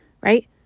right